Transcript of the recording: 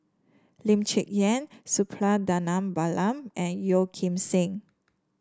Lee Cheng Yan Suppiah Dhanabalan and Yeo Kim Seng